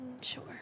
Sure